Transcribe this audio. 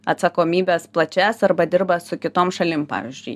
atsakomybes plačias arba dirba su kitom šalim pavyzdžiui